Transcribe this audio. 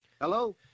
Hello